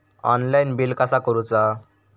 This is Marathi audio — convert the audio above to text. ऑनलाइन बिल कसा करुचा?